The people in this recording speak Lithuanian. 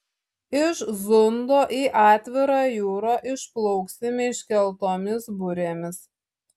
iš zundo į atvirą jūrą išplauksime iškeltomis burėmis